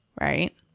right